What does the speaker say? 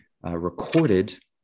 recorded